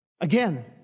Again